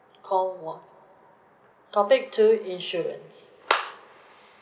call one topic two insurance